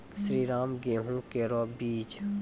श्रीराम गेहूँ केरो बीज?